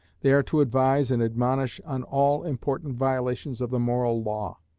they are to advise and admonish on all important violations of the moral law.